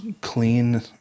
clean